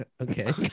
Okay